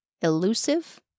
elusive